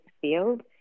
field